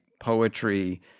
poetry